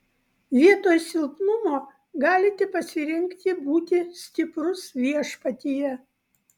vietoj silpnumo galite pasirinkti būti stiprus viešpatyje